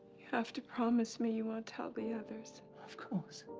have to promise me you won't tell the others. of course.